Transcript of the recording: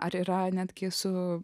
ar yra netgi su